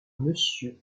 monsieur